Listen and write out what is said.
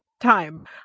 time